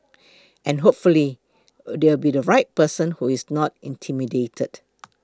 and hopefully there will be the right person who is not intimidated